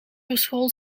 verschool